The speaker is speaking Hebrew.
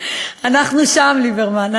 אולי כשתחזרו למחנה הלאומי, אנחנו שם, ליברמן.